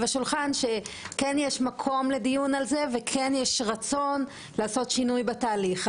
השולחן וכן יש רצון לעשות שינוי בתהליך,